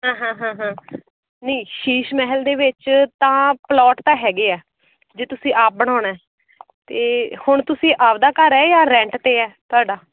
ਹਾਂ ਹਾਂ ਹਾਂ ਹਾਂ ਨਹੀਂ ਸ਼ੀਸ਼ ਮਹਿਲ ਦੇ ਵਿੱਚ ਤਾਂ ਪਲੋਟ ਤਾਂ ਹੈਗੇ ਆ ਜੇ ਤੁਸੀਂ ਆਪ ਬਣਾਉਣਾ ਤਾਂ ਹੁਣ ਤੁਸੀਂ ਆਪਣਾ ਘਰ ਹੈ ਜਾਂ ਰੈਂਟ 'ਤੇ ਆ ਤੁਹਾਡਾ